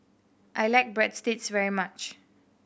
I like Breadsticks very much